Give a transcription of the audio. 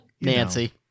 Nancy